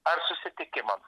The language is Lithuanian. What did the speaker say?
ar susitikimam